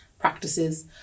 practices